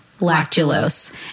lactulose